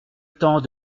temps